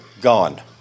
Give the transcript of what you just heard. gone